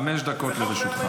חמש דקות לרשותך.